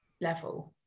level